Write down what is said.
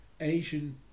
Asian